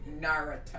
Naruto